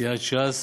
סיעת ש"ס